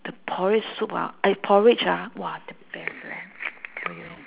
the porridge soup ah I porridge ah !wah! the best leh tell you